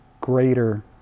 greater